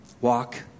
walk